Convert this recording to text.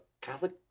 Catholic